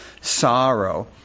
sorrow